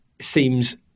seems